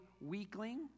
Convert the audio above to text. weakling